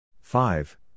five